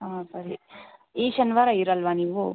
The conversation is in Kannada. ಹಾಂ ಸರಿ ಈ ಶನಿವಾರ ಇರಲ್ವ ನೀವು